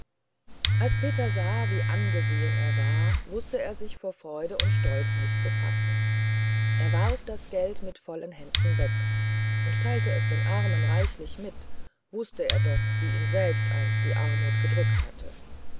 als peter sah wie angesehen er war wußte er sich vor freude und stolz nicht zu fassen er warf das geld mit vollen händen weg und teilte es den armen reichlich mit wußte er doch wie ihn selbst einst die armut gedrückt hatte